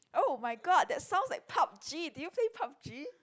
oh-my-god that sounds like Pup-g do you play Pup-g